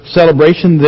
celebration